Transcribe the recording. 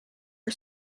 for